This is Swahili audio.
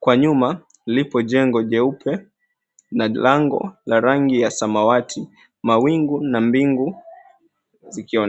Kwa nyuma lipo jengo jeupe na lango la rangi ya samawati, mawingu na mbingu zikionekana.